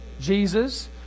Jesus